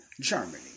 Germany